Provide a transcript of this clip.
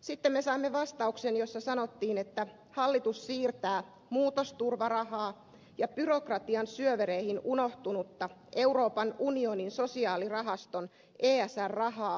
sitten me saimme vastauksen jossa sanottiin että hallitus siirtää muutosturvarahaa ja byrokratian syövereihin unohtunutta euroopan unionin sosiaalirahaston esr rahaa työvoimapolitiikkaan